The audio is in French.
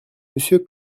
monsieur